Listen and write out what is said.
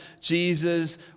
Jesus